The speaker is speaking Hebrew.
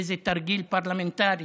איזה תרגיל פרלמנטרי,